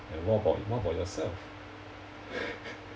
and what about what about yourself